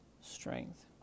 strength